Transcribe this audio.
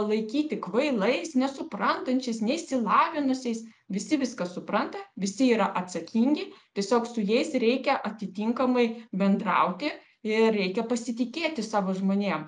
laikyti kvailais nesuprantančiais neišsilavinusiais visi viską supranta visi yra atsakingi tiesiog su jais reikia atitinkamai bendrauti ir reikia pasitikėti savo žmonėms